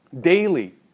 Daily